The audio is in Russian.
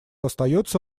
остается